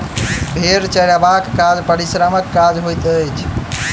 भेंड़ चरयबाक काज परिश्रमक काज होइत छै